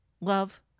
love